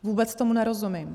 Vůbec tomu nerozumím.